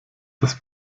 das